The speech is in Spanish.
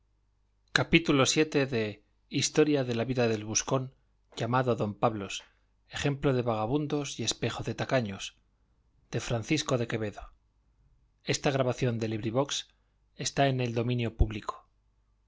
gutenberg ebook historia historia de la vida del buscón llamado don pablos ejemplo de vagamundos y espejo de tacaños de francisco de quevedo y villegas libro primero capítulo i en que